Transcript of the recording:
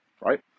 right